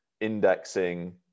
indexing